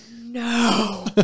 no